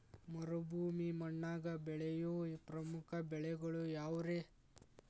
ಮರುಭೂಮಿ ಮಣ್ಣಾಗ ಬೆಳೆಯೋ ಪ್ರಮುಖ ಬೆಳೆಗಳು ಯಾವ್ರೇ?